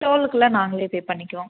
டோலுக்கெல்லாம் நாங்களே பே பண்ணிக்கிறோம்